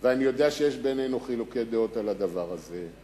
אני יודע שיש בינינו חילוקי דעות על הדבר הזה.